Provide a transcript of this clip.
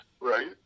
right